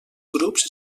grups